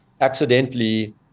accidentally